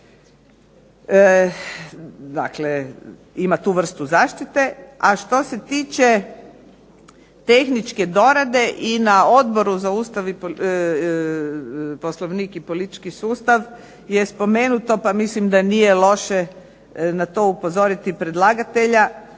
Dakle ima tu vrstu zaštite. A što se tiče tehničke dorade i na Odboru za Ustav, Poslovnik i politički sustav je spomenuto pa mislim da nije loše na to upozoriti predlagatelja